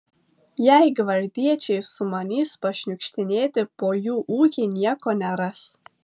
jei gvardiečiai sumanys pašniukštinėti po jų ūkį nieko neras